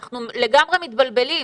אנחנו לגמרי מתבלבלים.